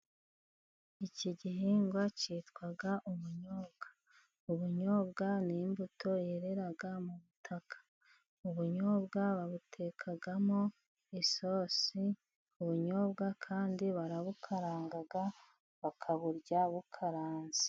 Iki gihingwa cyitwa ubunyobwa. Ubunyobwa n'imbuto zerera mu butaka, ubunyobwa babutekamo isosi, ubunyobwa kandi barabukaranga bakaburya bukaranze.